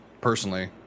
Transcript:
personally